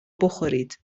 بخورید